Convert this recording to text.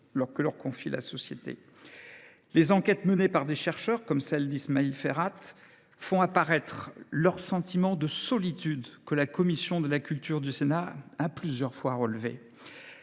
que leur confie la société. Les enquêtes menées par des chercheurs, comme celles d’Ismail Ferhat, font apparaître le sentiment de solitude des enseignants, que la commission de la culture du Sénat a plusieurs fois aussi relevé.